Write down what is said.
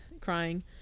crying